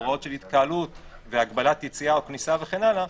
הוראות של התקהלות והגבלת יציאה או כניסה וכן הלאה,